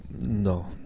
no